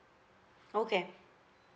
okay